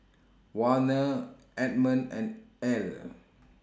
Warner Edmond and Ell